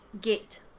Gate